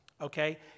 Okay